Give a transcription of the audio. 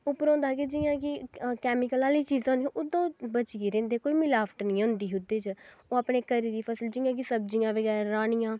उप्परा होंदा हा जि'यां कि केमिकल आह्ली चीजां होंदियां हियां ओह्दा बची गेदे होंदे हे कोई मिलावट निं होंदी ही ओह्दे च ओह् अपने घरै दी फसल जि'यां कि सब्जियां बगैरा राह्नियां